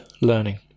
learning